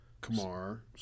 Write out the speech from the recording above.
kamar